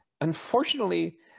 Unfortunately